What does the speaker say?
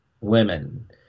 women